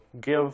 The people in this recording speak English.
give